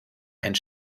einen